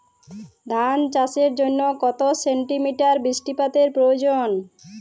ধান চাষের জন্য কত সেন্টিমিটার বৃষ্টিপাতের প্রয়োজন?